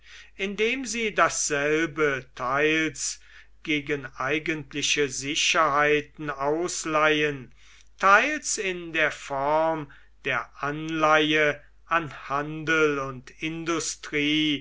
indem sie dasselbe teils gegen eigentliche sicherheiten ausleihen teils in der form der anleihe an handel und industrie